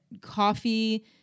coffee